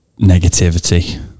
negativity